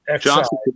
Johnson